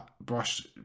brush